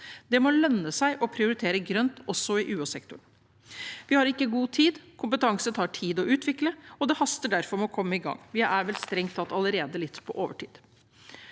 Det må lønne seg å prioritere grønt også i UHsektoren. Vi har ikke god tid. Kompetanse tar tid å utvikle, og det haster derfor med å komme i gang. Vi er vel strengt tatt allerede litt på overtid.